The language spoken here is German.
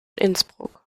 innsbruck